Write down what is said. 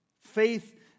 faith